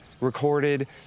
recorded